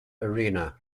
arena